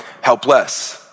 helpless